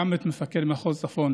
גם את מפקד מחוז צפון